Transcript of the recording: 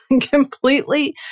completely